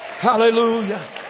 Hallelujah